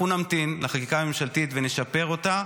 אנחנו נמתין לחקיקה הממשלתית ונשפר אותה,